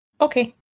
Okay